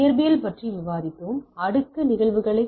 இயற்பியல் பற்றி விவாதித்தோம் அடுக்கு நிகழ்வுகளைப்